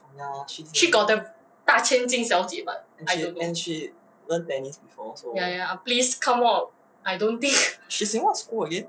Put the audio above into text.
ya she ah and she learn tennis before so she's in what school again